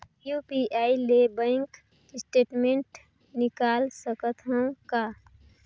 UPI ले bank statement निकाल सकत हवं का?